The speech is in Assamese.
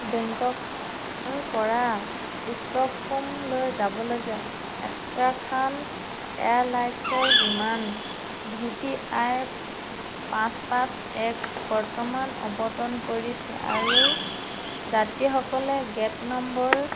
বেংককৰ পৰা ষ্টকহোমলৈ যাবলগীয়া এষ্ট্ৰাখান এয়াৰলাইনছৰ বিমান ভি টি আই পাঁচ পাঁচ এক বৰ্তমান অৱতৰণ কৰিছে আৰু যাত্ৰীসকলে গে'ট নম্বৰ